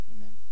amen